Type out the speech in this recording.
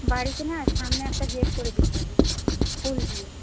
বাড়িতে না সামনে একটা গেট করে দিতে হবে ফুল দিয়ে